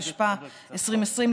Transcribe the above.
התשפ"א 2020,